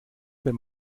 wenn